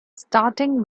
starting